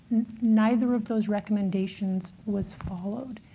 neither of those recommendations was followed.